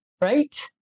Right